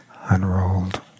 unrolled